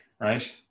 right